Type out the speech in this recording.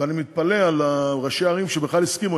ואני מתפלא על ראשי הערים שבכלל הסכימו.